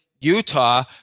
Utah